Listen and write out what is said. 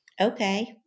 Okay